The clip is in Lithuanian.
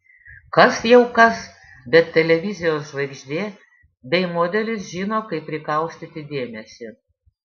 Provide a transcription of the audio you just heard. kas jau kas bet televizijos žvaigždė bei modelis žino kaip prikaustyti dėmesį